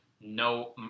no